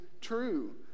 true